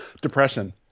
depression